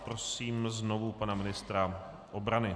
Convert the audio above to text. Prosím znovu pana ministra obrany.